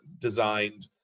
designed